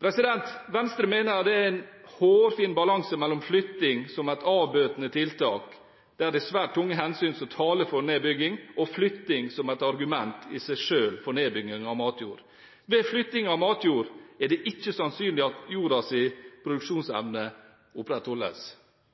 Venstre mener det er en hårfin balanse mellom flytting som et avbøtende tiltak der det er svært tunge hensyn som taler for nedbygging, og flytting som et argument i seg selv for nedbygging av matjord. Ved flytting av matjord er det ikke sannsynlig at jordas produksjonsevne opprettholdes. Viktige egenskaper ved selve jorda